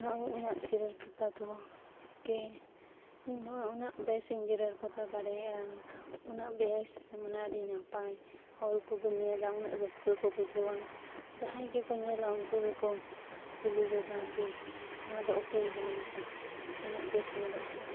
ᱱᱚᱜᱼᱚᱸᱭ ᱤᱧᱟᱹᱜ ᱡᱮᱨᱮᱲ ᱯᱚᱛᱟᱣ ᱫᱚ ᱠᱤ ᱤᱧ ᱱᱚᱜᱼᱚᱸᱭ ᱩᱱᱟᱹᱜ ᱵᱮᱥᱤᱧ ᱡᱮᱨᱮᱲ ᱯᱚᱛᱟᱣ ᱫᱟᱲᱮᱭᱟᱜᱼᱟ ᱩᱱᱟᱹᱜ ᱵᱮᱥ ᱢᱟᱱᱮ ᱟᱹᱰᱤ ᱱᱟᱯᱟᱭ ᱦᱚᱲ ᱠᱚ ᱧᱮᱞᱟ ᱩᱱᱟᱹᱜ ᱨᱟᱹᱥᱠᱟᱹ ᱠᱚ ᱵᱩᱡᱷᱟᱹᱣᱟ ᱡᱟᱦᱟᱸᱭ ᱜᱮᱠᱚ ᱧᱮᱞᱟ ᱩᱱᱠᱩ ᱜᱮᱠᱚ ᱠᱩᱞᱤ ᱜᱚᱫᱟ ᱠᱤ ᱱᱚᱣᱟ ᱫᱚ ᱚᱠᱚᱭᱮ ᱵᱮᱱᱟᱣ ᱟᱠᱟᱫ ᱩᱱᱟᱹᱜ ᱵᱮᱥ ᱧᱮᱞᱚᱜ ᱠᱟᱱᱟ